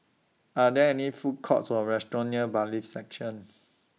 Are There any Food Courts Or restaurants near Bailiffs' Section